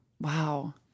Wow